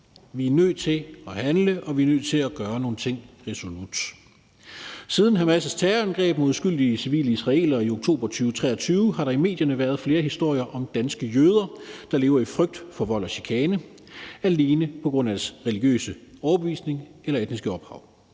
Vi er nødt til at handle, og vi er nødt til at gøre nogle ting resolut. Siden Hamas' terrorangreb mod uskyldige civile israelere i oktober 2023 har der i medierne været flere historier om danske jøder, der lever i frygt for vold og chikane alene på grund af deres religiøse overbevisning eller etniske ophav.